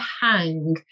hang